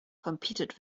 competed